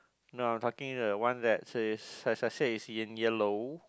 no I'm talking the one that says as I said it's in yellow